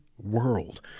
world